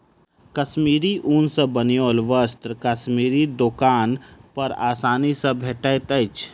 कश्मीरी ऊन सॅ बनाओल वस्त्र कश्मीरी दोकान पर आसानी सॅ भेटैत अछि